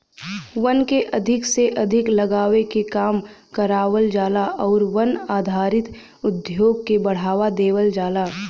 वन के अधिक से अधिक लगावे के काम करावल जाला आउर वन आधारित उद्योग के बढ़ावा देवल जाला